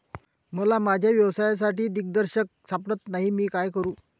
मला माझ्या व्यवसायासाठी दिग्दर्शक सापडत नाही मी काय करू?